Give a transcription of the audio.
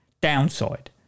downside